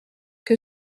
que